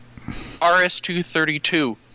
RS232